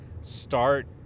start